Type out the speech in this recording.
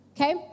Okay